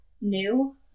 new